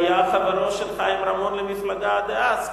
היה חברו של חיים רמון למפלגה דאז,